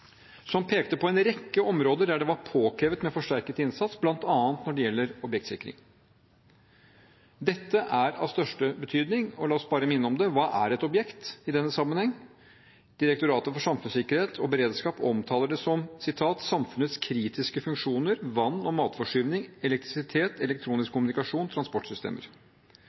som pekte på en rekke områder der det var påkrevd med forsterket innsats, bl.a. når det gjelder objektsikring. Dette er av største betydning, og la oss bare minne om hva et objekt er i denne sammenheng. Direktoratet for samfunnssikkerhet og beredskap omtaler det som «samfunnets kritiske funksjoner»: vann- og matforsyning, elektrisitet, elektronisk kommunikasjon og transportsystemer.